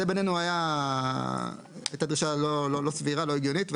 זו בעינינו הייתה דרישה לא סבירה, לא הגיונית.